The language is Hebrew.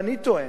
אני טוען,